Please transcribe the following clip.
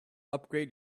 upgrade